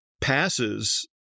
Passes